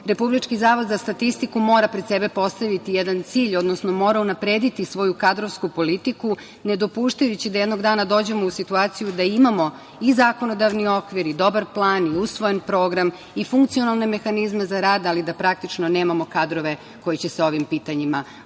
Republički zavod za statistiku mora pred sebe postaviti jedan cilj, odnosno mora unaprediti svoju kadrovsku politiku, nedopuštajući da jednog dana dođemo u situaciju da imamo i zakonodavni okvir i dobar plan i usvojen program i funkcionalne mehanizme za rad, ali da praktično nemamo kadrove koji će se ovim pitanjima